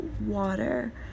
water